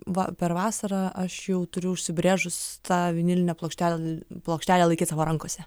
va per vasarą aš jau turiu užsibrėžus tą vinilinę plokštel plokštelę laikyt savo rankose